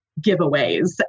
giveaways